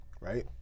right